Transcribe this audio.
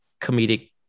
comedic